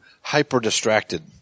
hyper-distracted